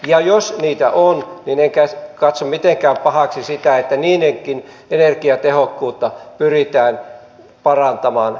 ja jos niitä on niin en katso mitenkään pahaksi sitä että niidenkin energiatehokkuutta pyritään parantamaan energiatodistusten kautta